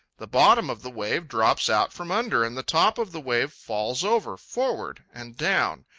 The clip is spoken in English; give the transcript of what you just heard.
the bottom of the wave drops out from under and the top of the wave falls over, forward, and down,